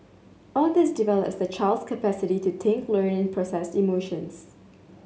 all this develops the child's capacity to think learn and process emotions